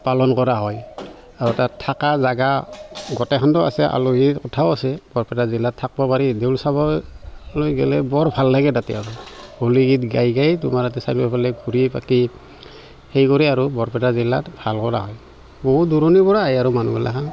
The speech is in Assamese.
পালন কৰা হয় আৰু তাত থাকা জাগা গোটেইখন আছে আলহী কোঠাও আছে বৰপেটা জিলাত থাকিব পাৰি দেউল চাবলৈ গ'লে বৰ ভাল লাগে তাতে হ'লীগীত গাই গাই তোমাৰ ইয়াতে চাৰিওফালে ঘূৰি পাকি সেই কৰে আৰু বৰপেটা জিলাত ভাল কৰা হয় বহু দূৰণিৰ পৰা আহে আৰু মানুহগিলাখন